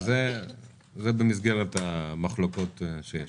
זה במסגרת המחלוקות שנותרו.